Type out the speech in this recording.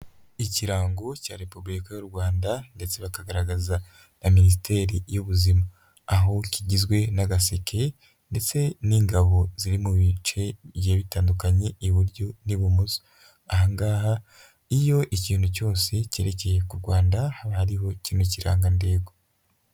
Ikirango cya repubulika y'u Rwanda ndetse bakagaragaza na minisiteri y'ubuzima, aho kigizwe n'agaseke ndetse n'ingabo ziri mu bice bigiye bitandukanye iburyo n'ibumoso. Ahangaha iyo ikintu cyose cyerekeye ku Rwanda haba hariho kino kirangantego.